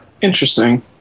Interesting